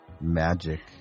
Magic